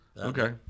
Okay